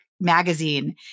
magazine